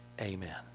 amen